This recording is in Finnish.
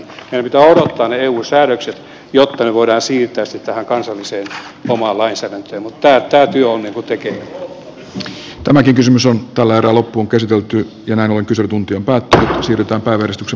meidän pitää odottaa niitä eu säädöksiä jotta ne voidaan siirtää sitten tähän kansalliseen omaan lainsäädäntöön mutta tämä työ on tällä erää loppuunkäsitelty ja näin kysyy kuntien päättäjiään silittää tekeillä